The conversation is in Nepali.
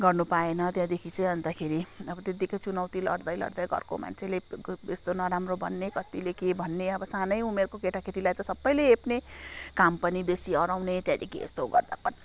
गर्न पाएन त्यहाँदेखि चाहिँ अन्तखेरि अब त्यतिकै चुनौती लड्दै लड्दै घरको मान्छेले यस्तो नराम्रो भन्ने कतिले के भन्ने अब सानै उमेरको केटाकेटीलाई त ससबैले हेप्ने काम पनि बेसी अराउने त्यहाँदेखि यसो गर्दा कति